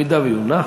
אם הוא יונח,